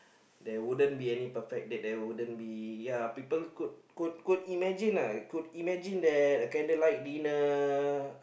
there wouldn't be any perfect date there wouldn't be ya people could could could imagine lah could imagine that a candle light dinner